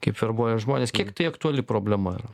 kaip verbuoja žmones kiek tai aktuali problema